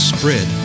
Spread